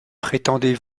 prétendez